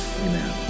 amen